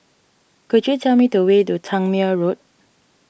could you tell me the way to Tangmere Road